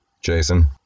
Jason